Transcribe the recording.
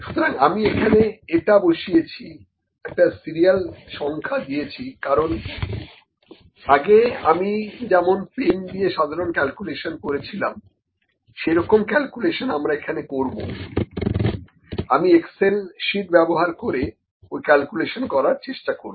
সুতরাং আমি এখানে এটা বসিয়েছি একটা সিরিয়াল সংখ্যা দিয়েছি কারণ আগে আমি যেমন পেন দিয়ে সাধারণ ক্যালকুলেশন করেছিলাম সেই রকম ক্যালকুলেশন আমরা এখানে করবো আমি এক্সেল শিট ব্যবহার করে ওই ক্যালকুলেশন করার চেষ্টা করবো